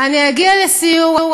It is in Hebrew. אני אגיע לסיור,